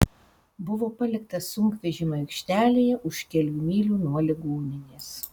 buvo paliktas sunkvežimių aikštelėje už kelių mylių nuo ligoninės